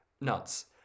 nuts